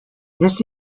this